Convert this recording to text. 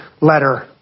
letter